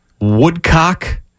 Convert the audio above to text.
Woodcock